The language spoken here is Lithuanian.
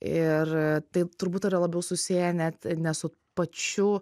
ir tai turbūt yra labiau susiję net ne su pačių